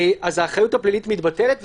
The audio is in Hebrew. האחריות הפלילית מתבטלת,